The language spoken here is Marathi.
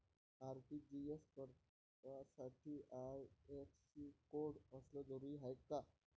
आर.टी.जी.एस करासाठी आय.एफ.एस.सी कोड असनं जरुरीच हाय का?